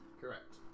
Correct